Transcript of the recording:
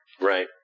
Right